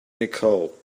nicole